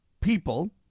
people